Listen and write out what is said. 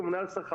כממונה על השכר,